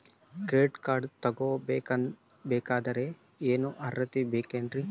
Credit card ತೊಗೋ ಬೇಕಾದರೆ ಏನು ಅರ್ಹತೆ ಇರಬೇಕ್ರಿ?